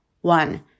one